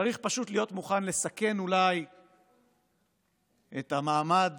צריך פשוט להיות מוכן לסכן אולי את המעמד